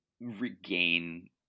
regain